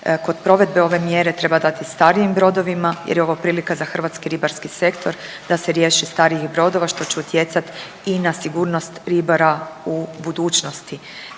kod provedbe ove mjere treba dati starijim brodovima jer je ovo prilika za hrvatski ribarski sektor da se riješi starijih brodova, što će utjecati i na sigurnost ribara u budućnosti.